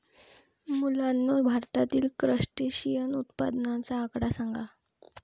मुलांनो, भारतातील क्रस्टेशियन उत्पादनाचा आकडा सांगा?